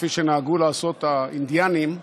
כפי שנהגו לעשות האינדיאנים,